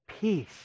peace